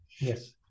Yes